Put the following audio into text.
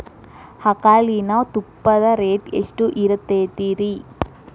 ಆಕಳಿನ ತುಪ್ಪದ ರೇಟ್ ಎಷ್ಟು ಇರತೇತಿ ರಿ?